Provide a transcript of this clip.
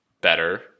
better